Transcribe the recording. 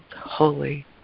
holy